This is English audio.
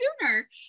sooner